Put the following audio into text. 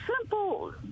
simple